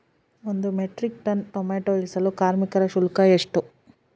ಒಂದು metric ton tomato ಇಳಿಸಲು ಕಾರ್ಮಿಕರ ಶುಲ್ಕ ಎಷ್ಟು?